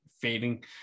fading